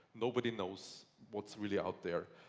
nobody knows what's really out there.